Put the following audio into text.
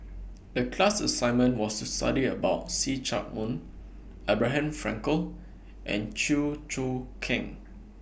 The class assignment was to study about See Chak Mun Abraham Frankel and Chew Choo Keng